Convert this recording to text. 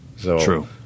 True